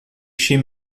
chez